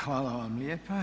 Hvala vam lijepa.